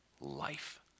life